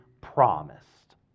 promised